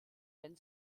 wenn